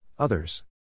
Others